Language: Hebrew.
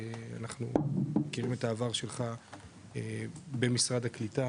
אנחנו מכירים את העבר שלך במשרד הקליטה